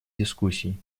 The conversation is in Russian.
дискуссий